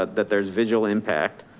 ah that there's visual impact.